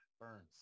burns